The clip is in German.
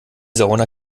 sauna